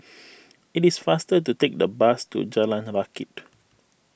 it is faster to take the bus to Jalan Rakit